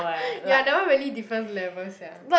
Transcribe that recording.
ya that one really different level sia